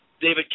David